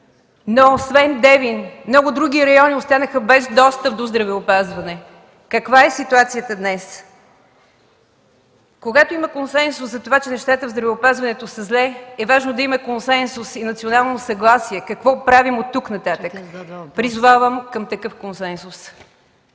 но освен Девин много други райони останаха без достъп до здравеопазване. Каква е ситуацията днес? Когато има консенсус за това, че нещата в здравеопазването са зле, е важно да има консенсус и национално съгласие какво правим оттук нататък. Призовавам към такъв консенсус.